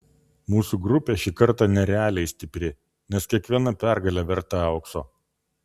mūsų grupė šį kartą nerealiai stipri nes kiekviena pergalė verta aukso